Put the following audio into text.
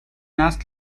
نسل